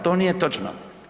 To nije točno.